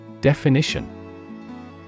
Definition